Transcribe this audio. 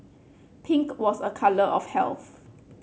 pink was a colour of health